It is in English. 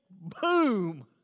Boom